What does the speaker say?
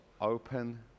open